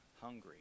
hungry